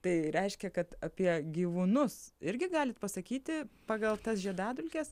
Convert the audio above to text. tai reiškia kad apie gyvūnus irgi galit pasakyti pagal tas žiedadulkes